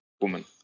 woman